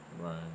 Right